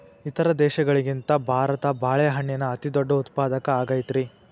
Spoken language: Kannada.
ಇತರ ದೇಶಗಳಿಗಿಂತ ಭಾರತ ಬಾಳೆಹಣ್ಣಿನ ಅತಿದೊಡ್ಡ ಉತ್ಪಾದಕ ಆಗೈತ್ರಿ